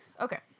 Okay